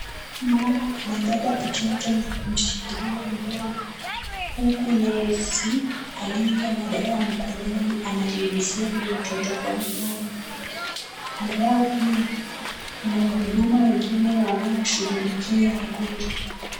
Mama amebeba mtoto na kumshikilia mdomo huku nesi aliye na dawa mkononi ananyunyuzia huyu mtoto kwa mdomo. Kando yao pia kuna wahudumu wengine wanaoshughulikia wagonjwa.